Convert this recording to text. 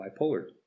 bipolar